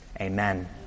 amen